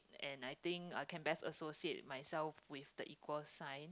and I think I can best associate myself with the equal sign